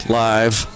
live